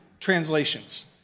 translations